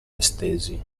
estesi